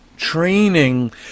training